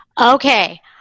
Okay